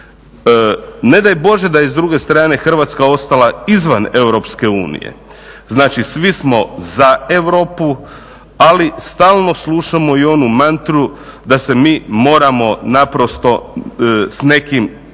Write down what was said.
Ne daj Bože da je s druge strane Hrvatska ostala izvan EU. Znači svi smo za Europu, ali stalno slušamo i onu mantru da se mi moramo naprosto s nekim